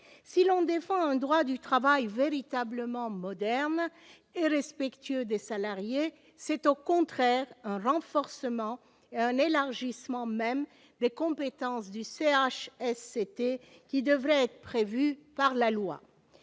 Si l'on défend un droit du travail véritablement moderne et respectueux des salariés, c'est au contraire un renforcement, et même un élargissement, des compétences du CHSCT qu'il faudrait prévoir dans la loi